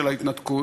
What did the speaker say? של ההתנתקות,